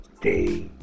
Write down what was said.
day